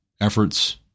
efforts